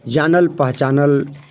जानल पहचानल